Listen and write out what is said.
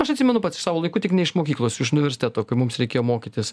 aš atsimenu pats iš savo laikų tik ne iš mokyklos iš universiteto kai mums reikėjo mokytis